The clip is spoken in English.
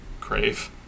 crave